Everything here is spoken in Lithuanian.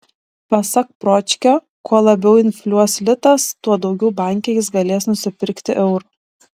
pasak pročkio kuo labiau infliuos litas tuo daugiau banke jis galės nusipirkti eurų